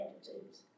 attitudes